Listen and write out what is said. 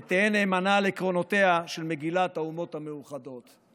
ותהיה נאמנה לעקרונותיה של מגילת האומות המאוחדות".